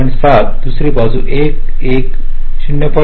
7 दुसरी बाजू 1 अधिक 1 0